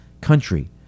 country